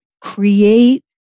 create